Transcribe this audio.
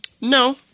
No